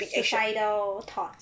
suicidal thoughts